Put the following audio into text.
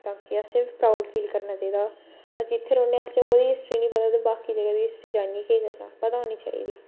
बाकी असें बी प्राउड फील करना चाहिदा अस जित्थै रौह्न्ने असें ओह्दी हिस्टरी नी पता ते बाकी जगह् दी हिस्टरी जान्नियै केह् करना पता होना चाहिदी